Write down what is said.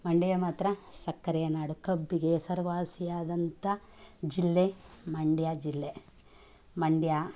ಮಂಡ್ಯ ಮಾತ್ರ ಸಕ್ಕರೆಯ ನಾಡು ಕಬ್ಬಿಗೆ ಹೆಸರುವಾಸಿಯಾದಂಥ ಜಿಲ್ಲೆ ಮಂಡ್ಯ ಜಿಲ್ಲೆ ಮಂಡ್ಯ